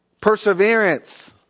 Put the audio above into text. perseverance